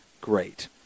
Great